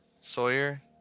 Sawyer